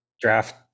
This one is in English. draft